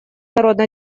народно